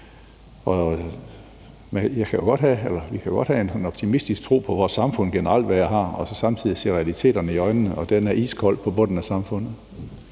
vi kan jo godt have en optimistisk tro på vores samfund generelt, hvad jeg har, og så samtidig se realiteterne i øjnene, og de er iskolde på bunden af samfundet.